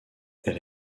elle